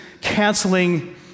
canceling